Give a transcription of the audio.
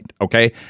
okay